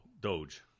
Doge